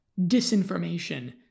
disinformation